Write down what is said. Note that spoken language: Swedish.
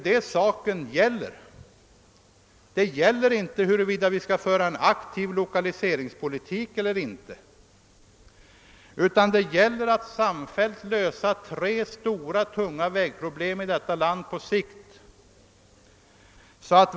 Det gäller inte huruvida vi skall föra en aktiv lokaliseringspolitik eller inte, utan det gäller att samfällt lösa tre stora vägproblem i landet på sikt.